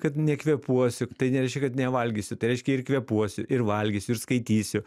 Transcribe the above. kad nekvėpuosiu tai nereiškia kad nevalgysiu tai reiškia ir kvėpuosiu ir valgysiu ir skaitysiu